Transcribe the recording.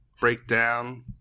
breakdown